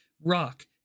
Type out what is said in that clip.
rock